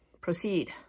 Proceed